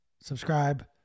subscribe